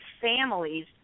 families